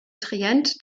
trient